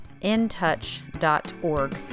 intouch.org